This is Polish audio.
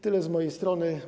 Tyle z mojej strony.